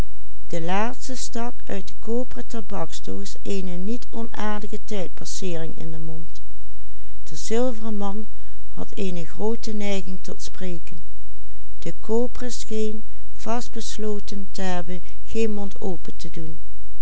den mond de zilveren man had eene groote neiging tot spreken de koperen scheen vast besloten te hebben geen mond open te doen